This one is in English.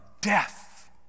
death